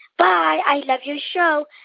bye. i love your show.